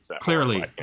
clearly